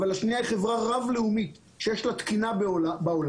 אבל השנייה היא חברה רב לאומית שיש לה תקינה בעולם.